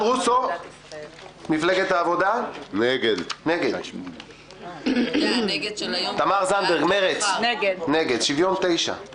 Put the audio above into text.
רוסו- נגד תמר זנדברג- נגד שוויון תשעה קולות.